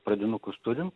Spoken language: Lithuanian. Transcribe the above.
pradinukus turim